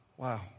Wow